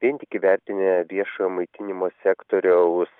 vien tik įvertinę viešojo maitinimo sektoriaus